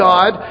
God